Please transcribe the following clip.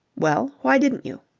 well why didn't you?